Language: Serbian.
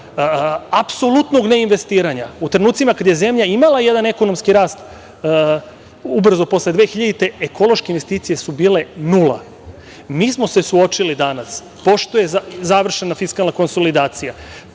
apsolutnog neinvestiranja. U trenucima kada je zemlja imala jedan ekonomski rast, ubrzo posle 2000. godine, ekološke investicije su bile nula. Mi smo se suočili danas, pošto je završena fiskalna konsolidacija,